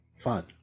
fun